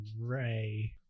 ray